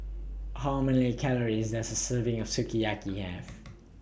How Many Calories Does A Serving of Sukiyaki Have